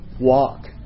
walk